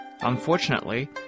Unfortunately